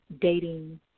Dating